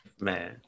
man